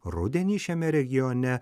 rudenį šiame regione